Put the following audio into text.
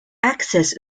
access